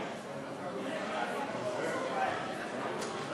את הצעת חוק העונשין (תיקון מס' 120) (יידוי או ירי של אבן או